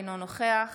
אינו נוכח